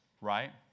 Right